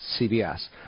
CBS